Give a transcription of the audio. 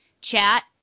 chat